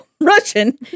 Russian